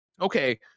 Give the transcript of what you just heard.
okay